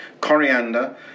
coriander